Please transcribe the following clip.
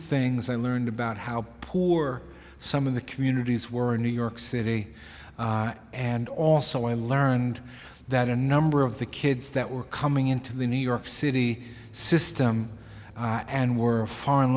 things i learned about how poor some of the communities were in new york city and also i learned that a number of the kids that were coming into the new york city system and were foreign